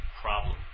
problem